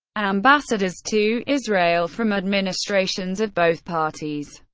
ambassadors to israel from administrations of both parties,